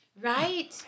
Right